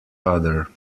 other